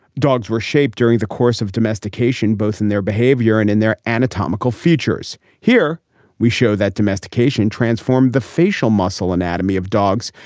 dogs were shaped during the course of domestication, both in their behavior and in their anatomical features. here we show that domestication transformed the facial muscle anatomy of dogs,